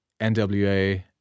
NWA